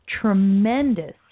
tremendous